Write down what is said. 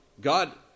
God